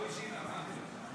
שלוש דקות.